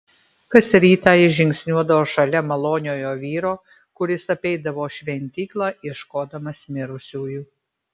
kas rytą ji žingsniuodavo šalia maloniojo vyro kuris apeidavo šventyklą ieškodamas mirusiųjų